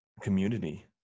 community